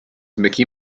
mickey